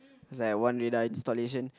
it's like a one radar installation